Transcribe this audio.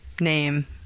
name